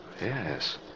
Yes